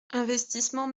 investissements